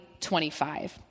25